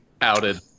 outed